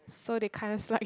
so they can't slide